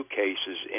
cases